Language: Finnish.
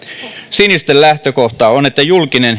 sinisten lähtökohta on että julkinen